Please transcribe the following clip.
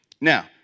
now